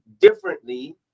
differently